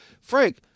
Frank